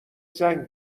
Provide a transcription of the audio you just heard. زنگ